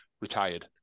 retired